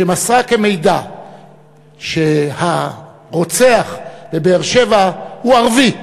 שמסרו כמידע שהרוצח בבאר-שבע הוא ערבי,